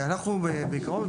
בעיקרון,